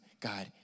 God